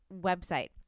website